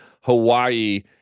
Hawaii